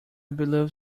believe